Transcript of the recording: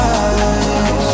eyes